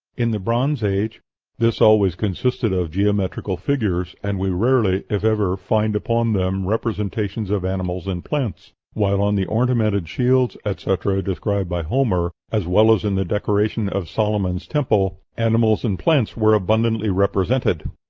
in the bronze age this always consists of geometrical figures, and we rarely, if ever, find upon them representations of animals and plants, while on the ornamented shields, etc, described by homer, as well as in the decoration of solomon's temple, animals and plants were abundantly represented.